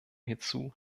hierzu